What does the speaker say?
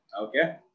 okay